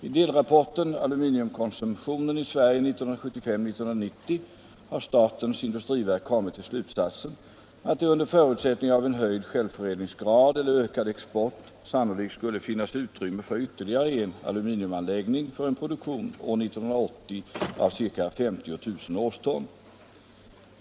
I delrapporten Aluminiumkonsumtionen i Sverige 1975-1990 har statens industriverk kommit till slutsatsen att det under förutsättning av en höjd självförädlingsgrad eller ökad export sannolikt skulle finnas utrymme för ytterligare en aluminiumanläggning för en produktion år 1980 av ca 50 000 årston.